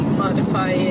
modify